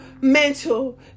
mental